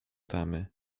tamy